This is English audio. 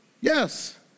Yes